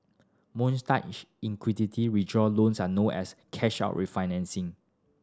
mortgage equity withdrawal loans are also known as cash out refinancing